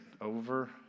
over